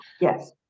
Yes